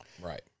Right